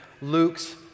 Luke's